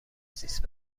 زیست